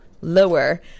lower